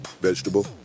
vegetable